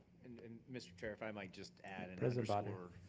and and mr. chair, if i might just add and president ah bodnar.